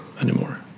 anymore